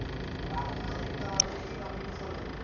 राजमा एक तरह के ही रबी फसल हई